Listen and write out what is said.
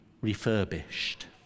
refurbished